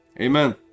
Amen